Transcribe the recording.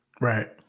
Right